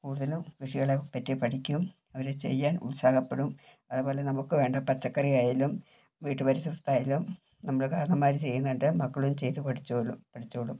കൂടുതലും കൃഷികളെപ്പറ്റി പഠിക്കും അവർ ചെയ്യാൻ ഉത്സാഹപ്പെടും അതെപ്പോലെ നമുക്ക് വേണ്ട പച്ചക്കറി ആയാലും വീട്ടുപരിസരത്ത് ആയാലും നമ്മൾ കാർണോമ്മാർ ചെയ്യുന്നത് കണ്ട് മക്കളും ചെയ്തു പഠിച്ചോലും പഠിച്ചോളും